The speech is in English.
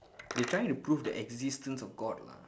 they trying to prove the existence of god lah